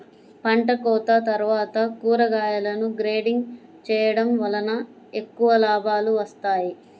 పంటకోత తర్వాత కూరగాయలను గ్రేడింగ్ చేయడం వలన ఎక్కువ లాభాలు వస్తాయి